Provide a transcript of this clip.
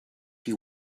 you